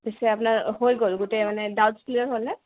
পিছে আপোনাৰ হৈ গ'ল গোটেই মানে ডাউটছ ক্লিয়াৰ হ'লনে